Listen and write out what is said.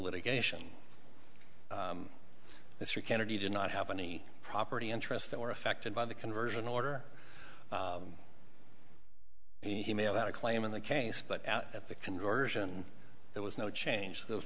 litigation mr kennedy did not have any property interests that were affected by the conversion order he may have had a claim in the case but at the conversion there was no change there was